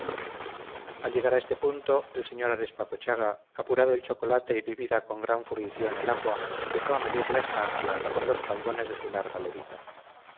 al llegar a este punto el sr arespacochaga apurado el chocolate y bebida con gran fruición el agua empezó a medir la estancia las manos a la espalda jugando con los faldones de su larga levita